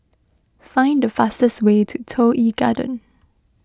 find the fastest way to Toh Yi Garden